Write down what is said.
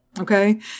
Okay